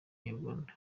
inyarwanda